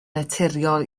naturiol